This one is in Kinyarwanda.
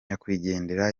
nyakwigendera